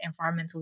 environmentally